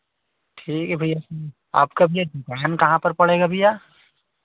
ठीक है भैया आपका भैया नाम कहाँ पर पड़ेगा भैया